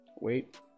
Wait